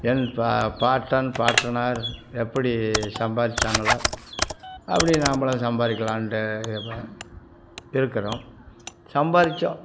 என் பாட்டன் பாட்டனார் எப்படி சம்பாதிச்சாங்களோ அப்படி நாம்மளும் சம்பாதிக்கலான்ட்டு எப்ப இருக்கிறோம் சம்பாதிச்சோம்